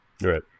Right